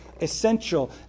essential